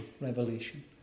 revelation